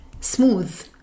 smooth